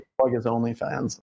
OnlyFans